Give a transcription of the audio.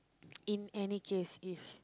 in any case if